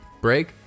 break